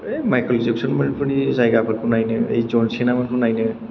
है मायखेल जेकसनफोरनि जायगाफोरखौ नायनो जन सेनामोनखौ नायनो